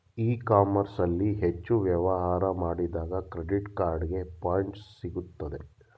E commerce ಅಲ್ಲಿ ಹೆಚ್ಚು ವ್ಯವಹಾರ ಮಾಡಿದಾಗ ಕ್ರೆಡಿಟ್ ಕಾರ್ಡಿಗೆ ಪಾಯಿಂಟ್ಸ್ ಸಿಗುತ್ತದೆ